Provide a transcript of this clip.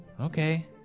Okay